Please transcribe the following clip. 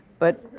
but